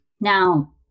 Now